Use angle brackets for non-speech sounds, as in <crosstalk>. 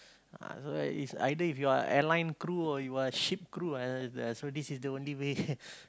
ah so is either if you are a airline crew or you are a ship crew uh uh so this is the only way <laughs>